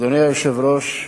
אדוני היושב-ראש,